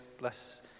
bless